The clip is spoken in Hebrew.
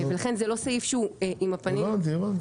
ולכן זה לא סעיף שהוא עם הפנים --- הבנתי.